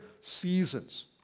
seasons